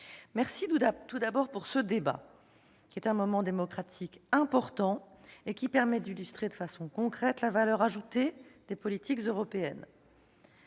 je vous remercie pour ce débat, qui est un moment démocratique important permettant d'illustrer de façon concrète la valeur ajoutée des politiques européennes.